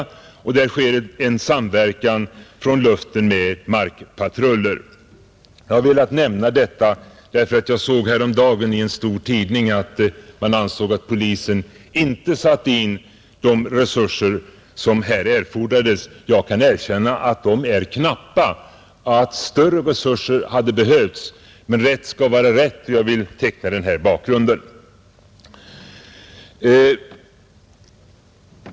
Det blir sålunda en samverkan mellan luftburna patruller och markpatruller. Jag har velat säga detta därför att jag häromdagen i en stor tidning läste att man ansåg att polisen inte hade satt in de resurser som erfordrades. Jag erkänner att de är knappa och att ännu större resurser hade behövts, men rätt skall vara rätt och jag har därför velat teckna denna bakgrund.